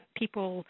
people